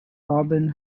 robin